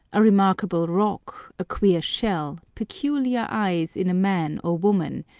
a remarkable rock, a queer shell, peculiar eyes in a man or woman,